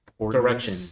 Direction